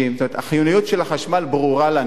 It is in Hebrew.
זאת אומרת, החיוניות של החשמל ברורה לנו.